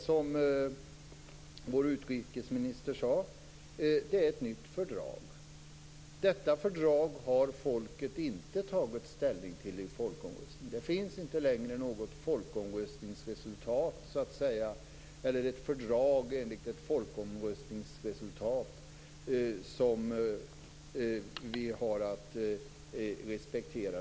Som vår utrikesminister sade är det ett nytt fördrag. Detta fördrag har folket inte tagit ställning till i en folkomröstning. Det finns inte längre något fördrag enligt ett folkomröstningsresultat som vi har att respektera.